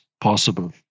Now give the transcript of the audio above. possible